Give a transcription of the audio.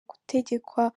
gutegekwa